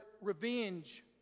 revenge